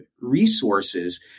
resources